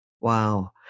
Wow